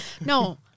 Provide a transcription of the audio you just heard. No